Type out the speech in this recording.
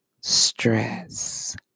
stress